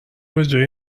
بجای